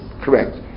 correct